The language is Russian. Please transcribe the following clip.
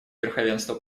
верховенство